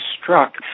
struck